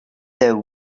there